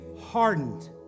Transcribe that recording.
hardened